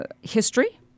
history